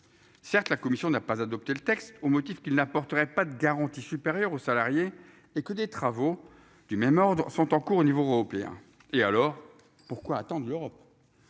Certes, la commission n'a pas adopté le texte au motif qu'il n'apporterait pas de garanties supérieures aux salariés et que des travaux du même ordre sont en cours au niveau européen. Et alors pourquoi attendre l'Europe.